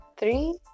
Three